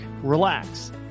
relax